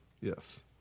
Yes